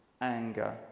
anger